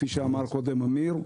כפי שאמר קודם אמיר,